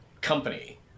company